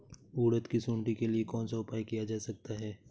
उड़द की सुंडी के लिए कौन सा उपाय किया जा सकता है?